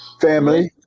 family